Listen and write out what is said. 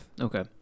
Okay